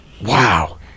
Wow